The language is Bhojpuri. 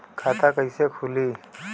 खाता कईसे खुली?